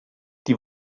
die